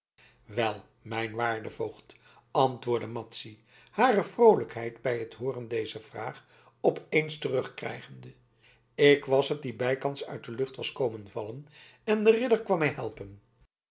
wel mijn waarde voogd antwoordde madzy hare vroolijkheid bij het hooren dezer vraag op eens terugkrijgende ik was het die bijkans uit de lucht was komen vallen en de ridder kwam mij helpen